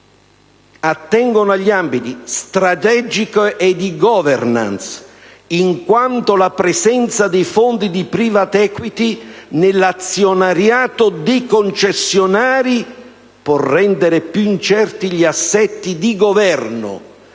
attengono agli ambiti: a) strategico e di *governance*, in quanto la presenza dei fondi di *private equity* nell'azionariato dei concessionari può rendere più incerti gli assetti di governo